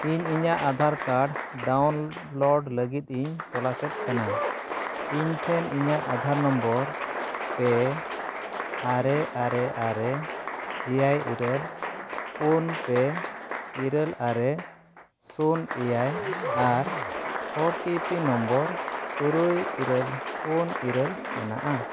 ᱤᱧ ᱤᱧᱟᱹᱜ Aadhaar card download ᱞᱟᱹᱜᱤᱫ ᱤᱧ ᱛᱚᱞᱟᱥᱮᱫ ᱠᱟᱱᱟ ᱤᱧᱴᱷᱮᱱ ᱤᱧᱟᱹᱜ ᱟᱫᱷᱟᱨ ᱱᱟᱢᱵᱟᱨ ᱯᱮ ᱟᱨᱮ ᱟᱨᱮ ᱟᱨᱮ ᱮᱭᱟᱭ ᱤᱨᱟᱹᱞ ᱯᱩᱱ ᱯᱮ ᱤᱨᱟᱹᱞ ᱟᱨᱮ ᱥᱩᱱ ᱮᱭᱟᱭ ᱟᱨ ᱳ ᱴᱤ ᱯᱤ ᱱᱟᱢᱵᱟᱨ ᱛᱩᱨᱩᱭ ᱤᱨᱟᱹᱞ ᱯᱩᱱ ᱤᱨᱟᱹᱞ ᱢᱮᱱᱟᱜᱼᱟ